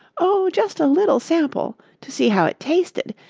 oh, just a little sample, to see how it tasted,